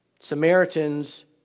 Samaritans